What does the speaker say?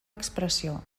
expressió